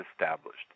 established